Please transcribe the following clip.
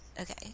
Okay